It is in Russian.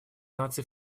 наций